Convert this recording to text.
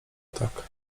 tak